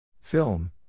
Film